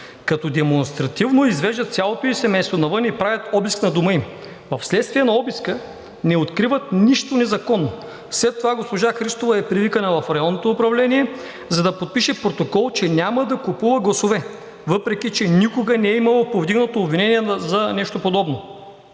като демонстративно извеждат цялото ѝ семейство навън и правят обиск на дома им. Вследствие на обиска не откриват нищо незаконно. След това госпожа Христова е привикана в районното управление, за да подпише протокол, че няма да купува гласове, въпреки че никога не е имала повдигнато обвинение за нещо подобно.